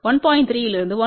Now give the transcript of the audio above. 3 இலிருந்து 1